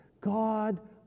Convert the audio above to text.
God